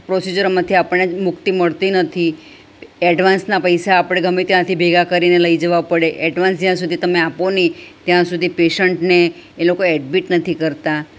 પ્રોસીજરોમાંથી આપણને મુક્તિ મળતી નથી એડવાંન્સના પૈસા આપણે ગમે ત્યાંથી ભેગા કરીને લઈ જવા પડે એડવાંન્સ જ્યાં સુધી તમે આપો નહિ ત્યાં સુધી પેશન્ટને એ લોકો એડમિટ નથી કરતા